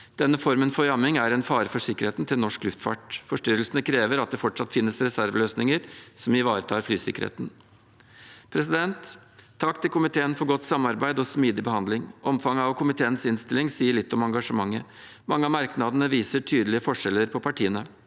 Denne formen for jamming er en fare for sikkerheten til norsk luftfart. Forstyrrelsene krever at det fortsatt finnes reserveløsninger som ivaretar flysikkerheten. Takk til komiteen for godt samarbeid og smidig behandling. Omfanget av komiteens innstilling sier litt om engasjementet. Mange av merknadene viser tydelige forskjeller mellom partiene.